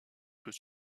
peut